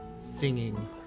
singing